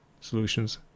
solutions